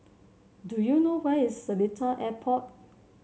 do you know where is Seletar Airport